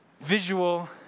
visual